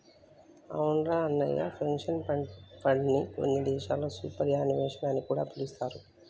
అవునురా అన్నయ్య పెన్షన్ ఫండ్ని కొన్ని దేశాల్లో సూపర్ యాన్యుమేషన్ అని కూడా పిలుస్తారు